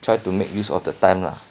try to make use of the time lah